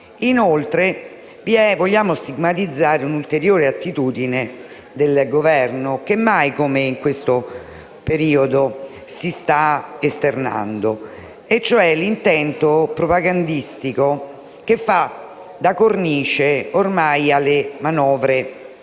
ribasso. Vogliamo stigmatizzare, inoltre, un'ulteriore attitudine del Governo che mai come in questo periodo si sta esternando, e cioè l'intento propagandistico che fa da cornice ormai alle manovre di